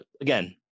again